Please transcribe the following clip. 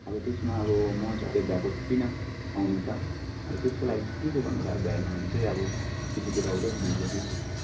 अब त्यसमा अब म चाहिँ अलिक भ्याएको छुइनँ आउनु त अब त्यसको लागि चाहिँ के चाहिँ गर्नु र अब भ्याएन भने चाहिँ अब पछितिर आउँदा पनि हुन्छ कि